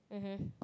mmhmm